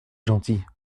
gentil